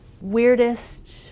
Weirdest